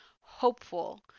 hopeful